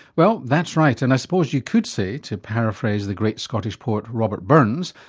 well, that's right and i suppose you could say, to paraphrase the great scottish poet robert burns,